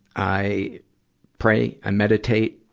i pray. i meditate.